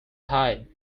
hide